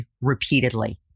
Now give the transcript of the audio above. repeatedly